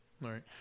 Right